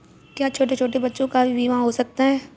क्या छोटे छोटे बच्चों का भी बीमा हो सकता है?